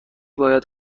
باید